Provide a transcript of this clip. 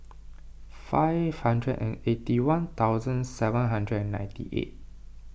five hundred and eighty one thousand seven hundred and ninety eight